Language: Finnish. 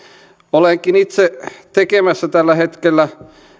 olenkin itse tekemässä tällä hetkellä